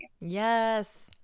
yes